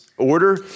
order